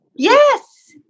Yes